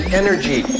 energy